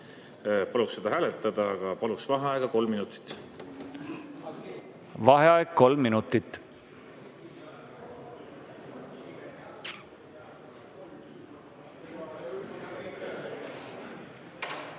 Paluks seda hääletada, aga enne paluks vaheaega kolm minutit. Vaheaeg kolm minutit.V